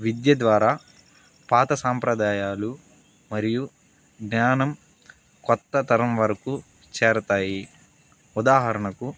విద్య ద్వారా పాత సాంప్రదాయాలు మరియు జ్ఞానం కొత్త తరం వరకు చేరతాయి ఉదాహరణకు